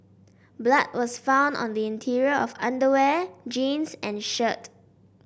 blood was found on the interior of underwear jeans and shirt